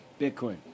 Bitcoin